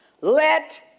Let